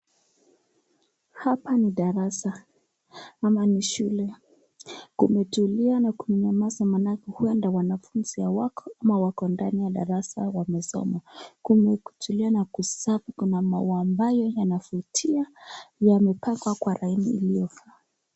Hapa ni darasa ama ni shule kumetulia na kunyamaza maanake huenda wanafunzi hawako ama wako ndani ya darasa wamesoma. Kumetulia nani kusafi kuna maua mbayo yanavutia yamepangwa kwa laini iliyo faa.